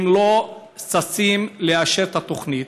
הם לא ששים לאשר את התוכנית.